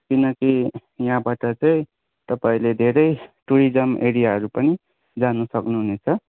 किनकि यहाँबाट चाहिँ तपाईँले धेरै टुरिज्म एरियाहरू पनि जानुसक्नु हुनेछ